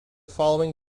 following